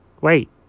Wait